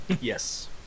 yes